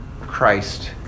Christ